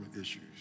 issues